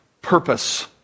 purpose